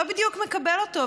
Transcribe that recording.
לא בדיוק מקבל אותו,